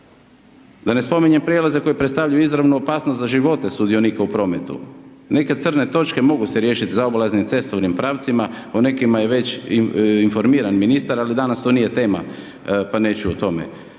Da ne spominjem prelaze koji predstavljaju izravnu opasnost za živote sudionika u prometu, neke crne točke mogu se riješiti zaobilaznim cestovnim pravcima, o nekima je već informiran ministar ali danas to nije tema, pa neću o tome,